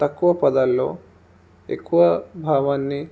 తక్కువ పదాల్లో ఎక్కువ భావాన్ని